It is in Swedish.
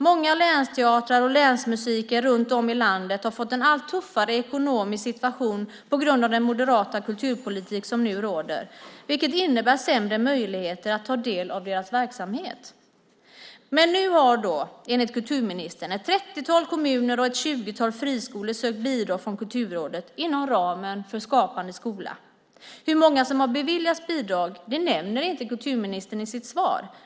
Många länsteatrar och länsmusiken runt om i landet har fått en allt tuffare ekonomisk situation på grund av den moderata kulturpolitik som nu råder. Det innebär sämre möjligheter att ta del av deras verksamhet. Men nu har, enligt kulturministern, ett trettiotal kommuner och ett tjugotal friskolor sökt bidrag från Kulturrådet inom ramen för Skapande skola. Hur många som har beviljats bidrag nämner inte kulturministern i sitt svar.